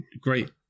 great